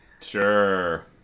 Sure